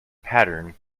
pattern